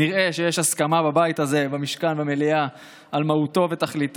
שיפנו ללשכתי, ואנחנו נטפל.